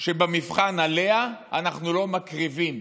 שבמבחן עליה אנחנו לא מקריבים